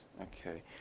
Okay